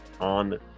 on